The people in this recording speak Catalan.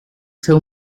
seu